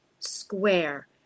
square